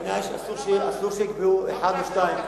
בעיני, באמת אסור שיקבעו אחד או שניים.